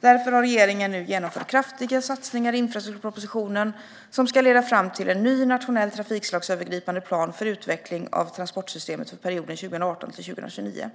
Därför har regeringen nu genomfört kraftiga satsningar i infrastrukturpropositionen som ska leda fram till en ny nationell trafikslagsövergripande plan för utveckling av transportsystemet för perioden 2018-2029.